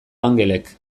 angelek